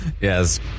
Yes